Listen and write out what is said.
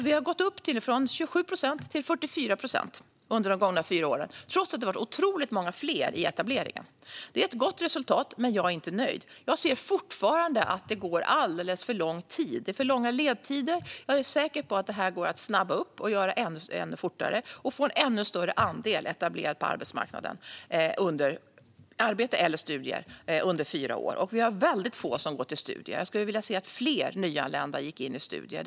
Vi har gått från 27 procent upp till 44 procent under de gångna fyra åren, trots att det har varit otroligt många fler i etableringen. Det är ett gott resultat, men jag är inte nöjd. Jag ser fortfarande att det tar alldeles för lång tid. Det är för långa ledtider. Jag är säker på att detta, under fyra år, går att snabba upp och göra ännu fortare och att det går att få en ännu större andel människor som är etablerade på arbetsmarknaden eller som är inne i studier. Vi har väldigt få som går till studier. Jag skulle vilja se att fler nyanlända går in i studier.